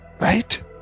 right